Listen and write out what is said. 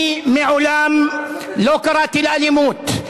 אני מעולם לא קראתי לאלימות,